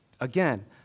Again